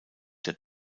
der